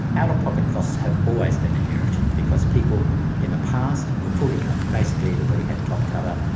out-of-pocket costs have always been an irritant because people in the past were fully covered. basically everybody had top cover.